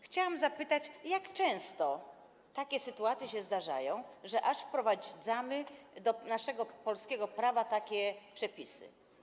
Chciałam zapytać: Jak często takie sytuacje się zdarzają, że aż wprowadzamy do naszego polskiego prawa takie przepisy?